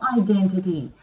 identity